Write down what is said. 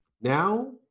Now